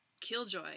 killjoy